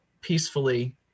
peacefully